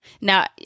Now